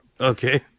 Okay